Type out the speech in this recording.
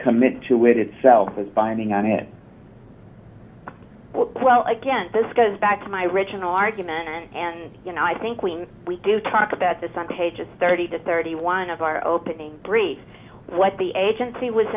commit to it itself is binding on it well again this goes back to my original argument and you know i think when we do talk about this on pages thirty to thirty one of our opening brief what the agency was